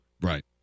Right